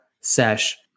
sesh